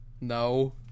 no